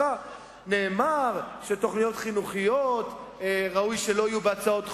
נאמר שתוכניות חינוכיות ראוי שלא יהיו בהצעות חוק.